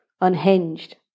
unhinged